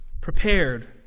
prepared